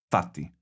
Fatti